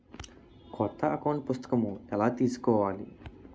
కొత్త అకౌంట్ పుస్తకము ఎలా తీసుకోవాలి?